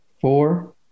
Four